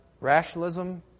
rationalism